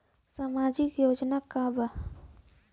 सामाजिक योजना का बा?